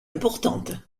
importante